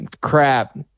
crap